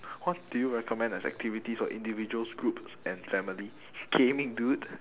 what do you recommend as activities for individuals groups and family gaming dude